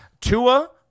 Tua